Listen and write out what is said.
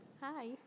Hi